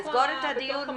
לסגור את הדיון?